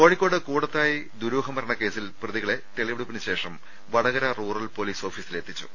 കോഴിക്കോട് കൂടത്തായ് ദുരൂഹമരണ കേസിൽ പ്രതികളെ തെളിവെടുപ്പിനുശേഷം വടകര റൂറൽ പൊലീസ് ഓഫീസിലെത്തിച്ചു